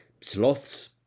sloths